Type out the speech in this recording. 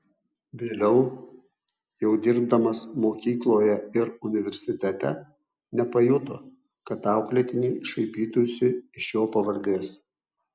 vėliau jau dirbdamas mokykloje ir universitete nepajuto kad auklėtiniai šaipytųsi iš jo pavardės